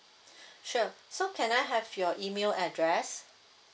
sure so can I have your email address